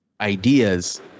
ideas